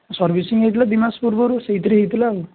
servicing ହେଇଥିଲା ଦୁଇମାସ ପୂର୍ବରୁ ସେଇଥିରେ ହେଇଥିଲା ଆଉ